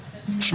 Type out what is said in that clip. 8,